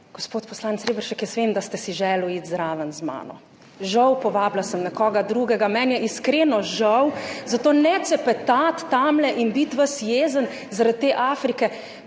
Gospod poslanec Reberšek, jaz vem, da ste želeli iti z mano, žal, povabila sem nekoga drugega, meni je iskreno žal, zato ne cepetati tamle in biti ves jezen zaradi te Afrike,